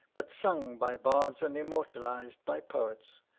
but sung by bards and immortalised by poets,